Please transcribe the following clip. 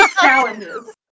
challenges